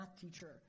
teacher